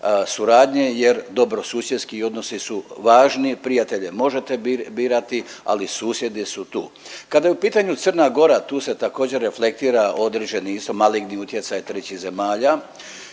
jer dobrosusjedski odnosi su važni, prijatelje možete birati ali susjedi su tu. Kada je u pitanju Crna Gora tu se također reflektira određeni isto maligni utjecaj trećih zemalja.